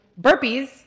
burpees